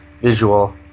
visual